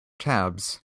tabs